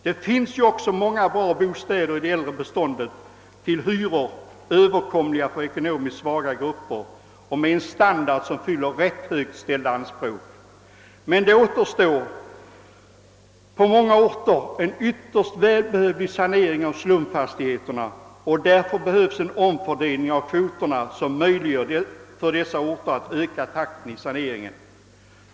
Det finns ju också många bra bostäder i det äldre beståndet till hyror som är överkomliga för ekonomiskt svaga grupper. Dessa bostäder har också en standard som fyller rätt högt ställda anspråk. Men det återstår på många orter en ytterst välbehövlig sanering av slumfastigheter, och därför behövs det en omfördelning av kvoterna, som möjliggör för dessa orter att öka takten i saneringen.